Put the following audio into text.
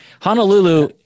Honolulu